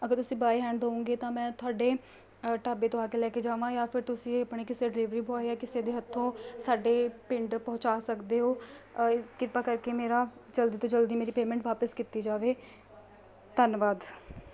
ਅਗਰ ਤੁਸੀਂ by hand ਦਿਉਂਗੇ ਤਾਂ ਮੈਂ ਤੁਹਾਡੇ ਢਾਬੇ ਤੋਂ ਆ ਕੇ ਲੈ ਕੇ ਜਾਵਾਂ ਜਾਂ ਫਿਰ ਤੁਸੀਂ ਆਪਣੇ ਕਿਸੇ ਡਿਲੀਵਰੀ ਬੋਆਏ ਜਾਂ ਕਿਸੇ ਦੇ ਹੱਥੋਂ ਸਾਡੇ ਪਿੰਡ ਪਹੁੰਚਾ ਸਕਦੇ ਹੋ ਕਿਰਪਾ ਕਰਕੇ ਮੇਰਾ ਜਲਦ ਤੋਂ ਜਲਦੀ ਮੇਰੀ ਪੇਮੈਂਟ ਵਾਪਸ ਕੀਤੀ ਜਾਵੇ ਧੰਨਵਾਦ